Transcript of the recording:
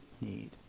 need